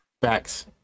Facts